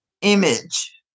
image